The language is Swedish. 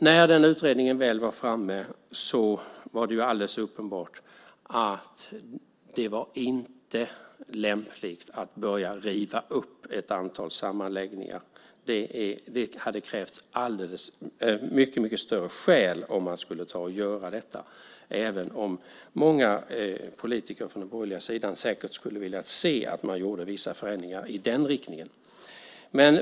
När den utredningen väl var framme var det alldeles uppenbart att det inte var lämpligt att börja riva upp ett antal sammanläggningar. Det hade krävt mycket större skäl för att göra detta, även om många politiker från den borgerliga sidan säkert skulle vilja se att man gjorde vissa förändringar i den riktningen.